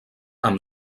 amb